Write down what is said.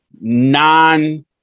non